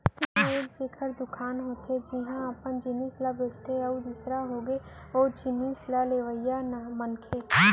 ऐमा एक जेखर दुकान होथे जेनहा अपन जिनिस ल बेंचथे अउ दूसर होगे ओ जिनिस ल लेवइया मनखे